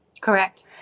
Correct